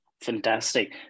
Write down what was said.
Fantastic